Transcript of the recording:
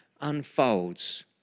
unfolds